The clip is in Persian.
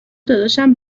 داداشم